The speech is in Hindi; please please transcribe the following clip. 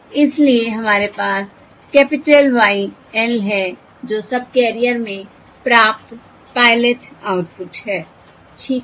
इसलिए हमारे पास कैपिटल Yl है जो सबकैरियर l में प्राप्त पायलट आउटपुट है ठीक है